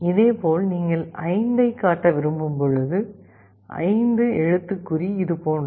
இதேபோல் நீங்கள் 5 ஐக் காட்ட விரும்பும் போது 5 எழுத்துக்குறி இது போன்றது